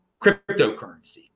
cryptocurrency